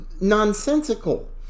nonsensical